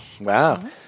Wow